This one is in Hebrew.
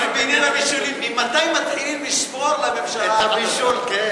ממתי מתחילים לספור לממשלה את הבישול?